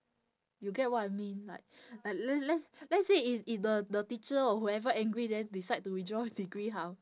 you get what I mean like like l~ let's let's say if if the the teacher or whoever angry then decide to withdraw degree how